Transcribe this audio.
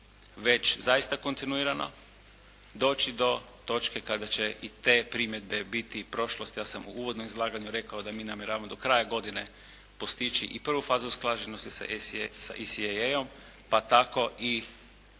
već zaista kontinuirano, doći do točke kada će i te primjedbe biti prošlost, ja sam u uvodnom izlaganju rekao da mi namjeravamo do kraja godine postići i prvu fazu usklađenosti sa ECAA-om pa tako i